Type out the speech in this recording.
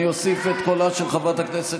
ההצעה להעביר את הצעת חוק הבחירות לכנסת